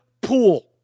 pool